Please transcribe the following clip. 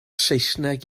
saesneg